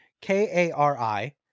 K-A-R-I